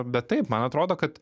bet taip man atrodo kad